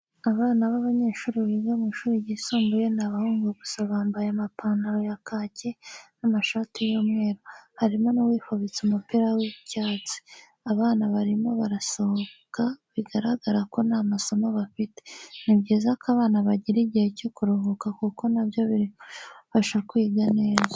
Abana b'abanyeshuri biga mu ishuri ryisumbuye ni abahungu gusa bambaye amapantaro ya kaki n'amashati y'umweru, harimo n'uwifubitse umupira w'icyatsi, abana barimo barasohoka bigaragara ko nta masomo bafite. Ni byiza ko abana bagira igihe cyo kuruhuka kuko nabyo biri mu bibafasha kwiga neza.